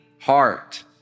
heart